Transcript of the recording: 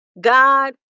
God